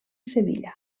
sevilla